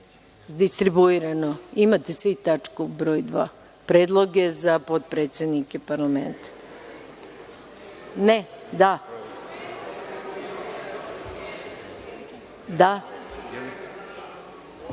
distribuiran. Imate svi tačku broj dva, predloge za potpredsednike parlamenta. (Da)Pre